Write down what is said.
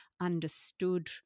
understood